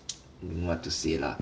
don't know want to say lah